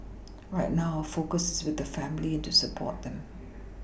right now our focus is with the family and to support them